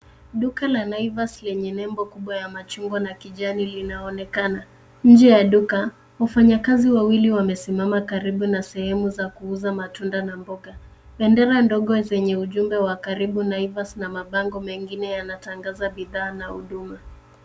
Duka la Naivas lenye nebo kubwa ya machungwa na kijani linaonekana. Nje ya duka wafanyikazi wawili wamesimama karibu na sehemu za kuuza matunda na mboga. Bendera ndogo zenye ujumbe wa karibu Naivas na mabango mengine yanatangaza bidhaa na huduma.